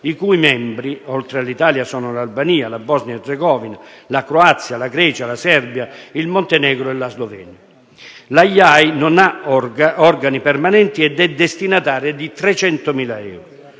i cui membri, oltre all'Italia, sono l'Albania, la Bosnia-Erzegovina, la Croazia, la Grecia, la Serbia, il Montenegro e la Slovenia. La IAI non ha organi permanenti ed è destinataria di 300.000 euro.